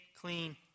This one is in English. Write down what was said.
clean